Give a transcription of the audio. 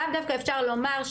לאו דווקא אפשר לומר,